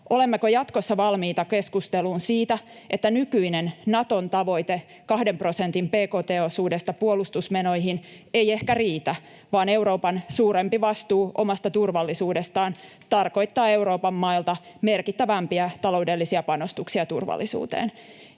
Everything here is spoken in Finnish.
Olemmeko jatkossa valmiita keskusteluun siitä, että nykyinen Naton tavoite kahden prosentin bkt-osuudesta puolustusmenoihin ei ehkä riitä, vaan Euroopan suurempi vastuu omasta turvallisuudestaan tarkoittaa Euroopan mailta merkittävämpiä taloudellisia panostuksia turvallisuuteen?